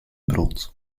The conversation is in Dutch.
brood